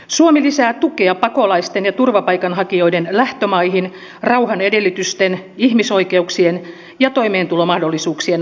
suomi lisää tukea pakolaisten ja turvapaikanhakijoiden lähtömaihin rauhan edellytysten ihmisoikeuksien ja toimeentulomahdollisuuksien vahvistamiseksi